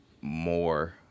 more